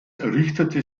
errichtete